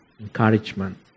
encouragement